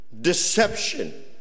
deception